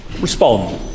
respond